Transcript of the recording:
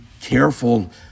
careful